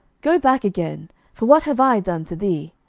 go back again for what have i done to thee?